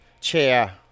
chair